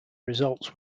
results